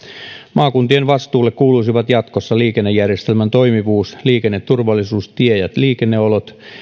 maakuntien vastuulle kuuluisivat jatkossa liikennejärjestelmän toimivuus liikenneturvallisuus tie ja liikenneolot